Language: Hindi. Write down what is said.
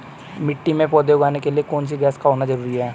मिट्टी में पौधे उगाने के लिए कौन सी गैस का होना जरूरी है?